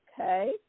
Okay